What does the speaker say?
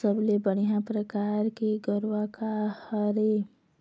सबले बढ़िया परकार के गरवा का हर ये?